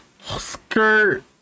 Skirt